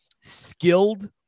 skilled